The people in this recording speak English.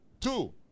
Two